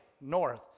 North